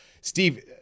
steve